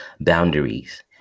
boundaries